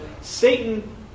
Satan